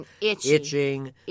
itching